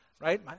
right